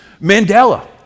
Mandela